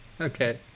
Okay